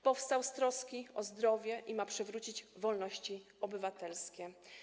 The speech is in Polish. Powstał z troski o zdrowie i ma przywrócić wolności obywatelskie.